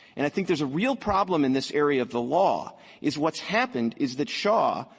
and i think there's a real problem in this area of the law is what's happened is that shaw,